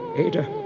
ada,